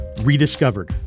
rediscovered